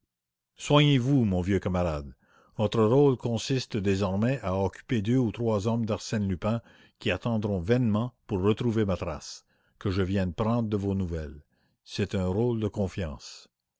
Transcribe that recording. soignez-vous mon vieux camarade votre rôle consiste désormais à occuper deux ou trois des hommes d'arsène lupin qui attendront vainement pour retrouver ma trace que je vienne prendre de vos nouvelles c'est un rôle de confiance